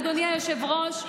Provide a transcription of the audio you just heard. אדוני היושב-ראש,